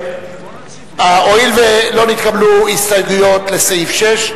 הואיל ולא נתקבלו הסתייגויות לסעיף 6,